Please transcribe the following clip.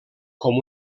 com